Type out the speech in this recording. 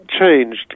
changed